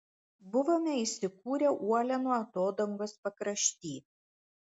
buvome įsikūrę uolienų atodangos pakrašty